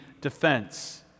defense